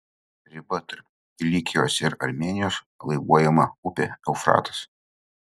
riba tarp kilikijos ir armėnijos laivuojama upė eufratas